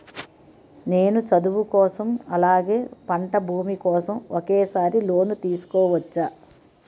నేను చదువు కోసం అలాగే పంట భూమి కోసం ఒకేసారి లోన్ తీసుకోవచ్చా?